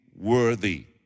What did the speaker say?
worthy